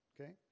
okay